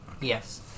Yes